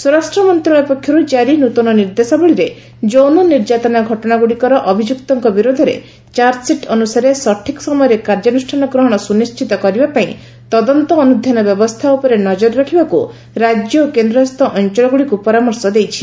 ସ୍ୱରାଷ୍ଟ୍ର ମନ୍ତ୍ରଣାଳୟ ପକ୍ଷରୁ କାରି ନୂତନ ନିର୍ଦ୍ଦେଶାବଳୀରେ ଯୌନ ନିର୍ଯ୍ୟାତନା ଘଟଣା ଗୁଡ଼ିକର ଅଭିଯୁକ୍ତଙ୍କ ବିରୋଧରେ ଚାର୍ଜସିଟ୍ ଅନୁସାରେ ସଠିକ୍ ସମୟରେ କାର୍ଯ୍ୟାନୁଷ୍ଠାନ ଗ୍ରହଣ ସୁନିଶ୍ଚିତ କରିବା ପାଇଁ ତଦନ୍ତ ଅନୁଧ୍ଧାନ ବ୍ୟବସ୍ଥା ଉପରେ ନଜର ରଖିବାକୁ ରାଜ୍ୟ ଓ କେନ୍ଦ୍ରଶାସିତ ଅଞ୍ଚଳଗୁଡ଼ିକୁ ପରାମର୍ଶ ଦେଇଛି